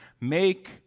Make